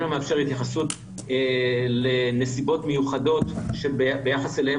איננו מאפשר התייחסות לנסיבות מיוחדות שביחס אליהן